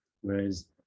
whereas